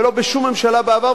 ולא בשום ממשלה בעבר,